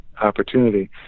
opportunity